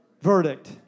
verdict